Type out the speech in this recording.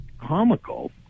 comical